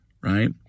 Right